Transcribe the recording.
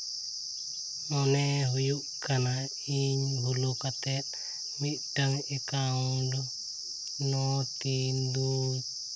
ᱢᱚᱱᱮ ᱦᱩᱭᱩᱜ ᱠᱟᱱᱟ ᱤᱧ ᱵᱷᱩᱞᱩ ᱠᱟᱛᱮᱫ ᱢᱤᱫᱴᱟᱝ ᱮᱠᱟᱣᱩᱱᱴ ᱱᱚ ᱛᱤᱱ ᱫᱩᱭ